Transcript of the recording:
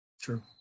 True